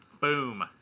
Boom